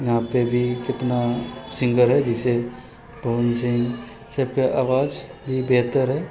यहाँपर भी कितना सिङ्गर है जैसे पवन सिंह सबके आवाज भी बेहतर है